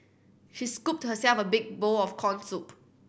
she scooped herself a big bowl of corn soup